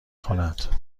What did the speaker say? کند